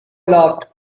laughed